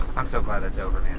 i'm so glad it's over,